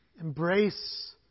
embrace